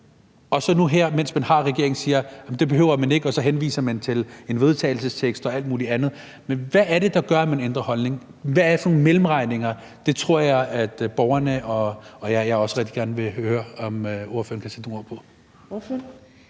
og så nu her, mens man har regeringsmagten, siger, at det behøver man ikke, og så henviser man til en vedtagelsestekst og alt muligt andet? Hvad er det, der gør, at man ændrer holdning? Hvad er det for nogle mellemregninger? Det vil jeg rigtig gerne høre om ordføreren kan sætte nogle